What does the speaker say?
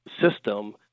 system